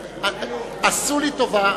עשו לי טובה.